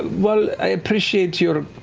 while i appreciate your